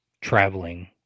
traveling